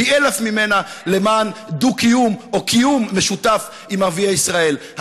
פי-אלף ממנה למען דו-קיום או קיום משותף עם ערביי ישראל.